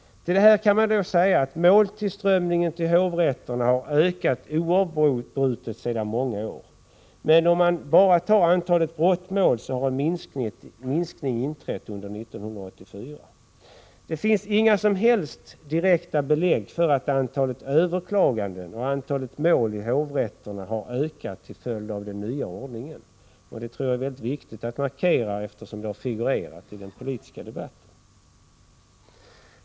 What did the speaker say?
Till detta kan man säga att måltillströmningen till hovrätterna har ökat oavbrutet sedan många år, men om man bara ser till antalet brottmål har en minskning inträtt under 1984. Det finns inga som helst direkta belägg för att antalet överklaganden och antalet mål i hovrätterna har ökat till följd av den nya ordningen. Detta tror jag är viktigt att markera, eftersom uppgiften figurerat i den politiska debatten.